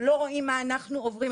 לא רואים מה אנחנו עוברות.